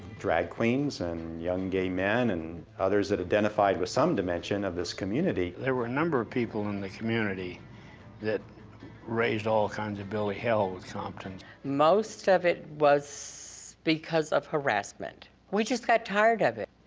drag queens and young gay men, and others that identified with some dimension of this community. there were a number of people in the community that raised all kinds of billy-hell with compton's. most of it was because of harassment. we just got tired of it.